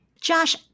Josh